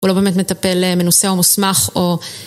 הוא לא באמת מטפל מנוסה או מוסמך, או...